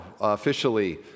officially